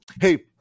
Hey